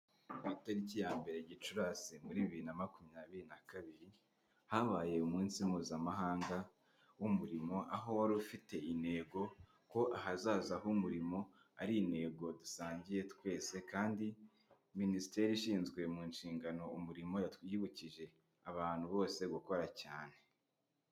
Ku matariki ya mbere gicurasi muri bibiri na makumyabiri na kabiri, habaye umunsi mpuzamahanga w'umurimo, aho wari ufite intego ko ahazaza h'umurimo ari intego dusangiye twese kandi minisiteri ishinzwe mu nshingano umurimo yatwibukije abantu bose gukora cyane.